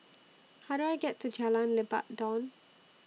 How Do I get to Jalan Lebat Daun